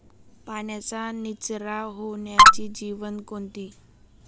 पाण्याचा निचरा होणारी जमीन कोणती?